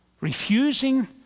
refusing